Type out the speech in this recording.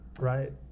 right